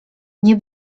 nie